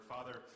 Father